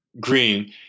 Green